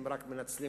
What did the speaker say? הם רק מנסים,